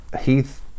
Heath